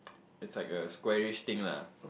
it's like a squarish thing lah